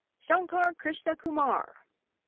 shankar krishnakumar,